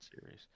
series